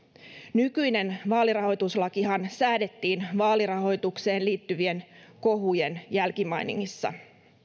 nykyinen vaalirahoituslakihan säädettiin vaalirahoitukseen liittyvien kohujen jälkimainingissa